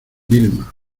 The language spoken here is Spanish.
vilma